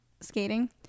skating